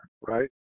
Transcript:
right